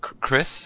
Chris